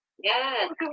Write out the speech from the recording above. Yes